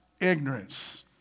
ignorance